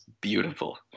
beautiful